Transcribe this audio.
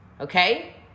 okay